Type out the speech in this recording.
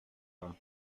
pas